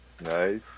Nice